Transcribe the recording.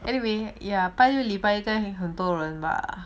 anyway ya 拜六礼拜很很多人吧